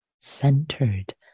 centered